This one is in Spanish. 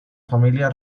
familia